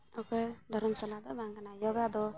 ᱚᱠᱚᱭ ᱫᱷᱚᱨᱚᱢ ᱥᱟᱞᱟᱜ ᱫᱚ ᱵᱟᱝ ᱠᱟᱱᱟ ᱡᱳᱜᱟ ᱫᱚ